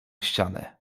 ścianę